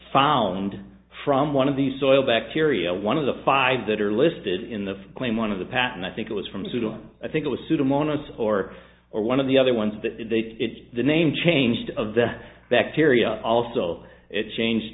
found from one of the soil bacteria one of the five that are listed in the claim one of the patent i think it was from sweden i think it was pseudomonas or or one of the other ones that they it's the name changed of the bacteria also it changed